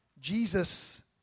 Jesus